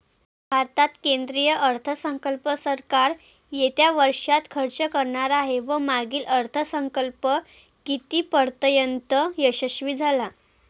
भारतात केंद्रीय अर्थसंकल्प सरकार येत्या वर्षात खर्च करणार आहे व मागील अर्थसंकल्प कितीपर्तयंत यशस्वी झाला